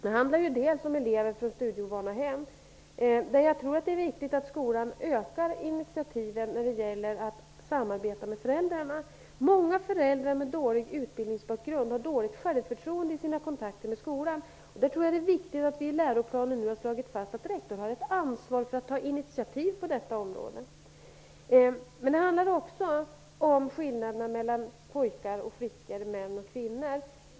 Det handlar bl.a. om elever från studieovana hem. Där tror jag att det är viktigt att skolan ökar initiativen när det gäller att samarbeta med föräldrarna. Många föräldrar med dålig utbildningsbakgrund har dåligt självförtroende i sina kontakter med skolan. Därför är det viktigt att vi har slagit fast i läroplanen att rektor har ett ansvar för att ta initiativ på detta område. Det handlar också om skillnaderna mellan pojkar och flickor -- män och kvinnor.